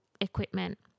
equipment